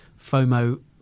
fomo